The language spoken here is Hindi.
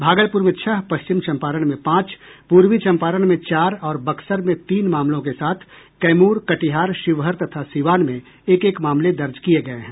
भागलपुर में छह पश्चिम चंपारण में पांच पूर्वी चंपारण में चार और बक्सर में तीन मामलों के साथ कैमूर कटिहार शिवहर तथा सिवान में एक एक मामले दर्ज किये गये हैं